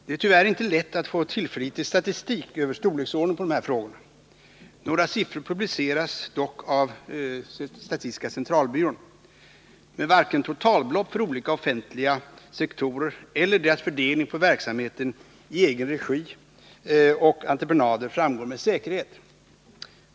Det är tyvärr inte lätt att få tillförlitlig statistik över storleksordningen på 95 dessa frågor. Några siffror publiceras dock av statistiska centralbyrån. Men varken totalbelopp för olika offentliga sektorer eller deras fördelning på verksamheten i egen regi och entreprenader framgår med säkerhet.